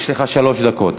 יש לך שלוש דקות.